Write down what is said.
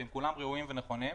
וכולם נכונים וראויים,